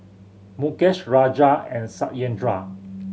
Mukesh Raja and Satyendra